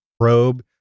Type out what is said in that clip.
probe